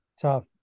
Tough